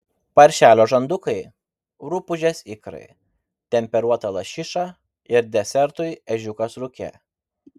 paršelio žandukai rupūžės ikrai temperuota lašiša ir desertui ežiukas rūke